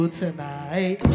tonight